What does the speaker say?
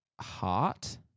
heart